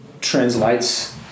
translates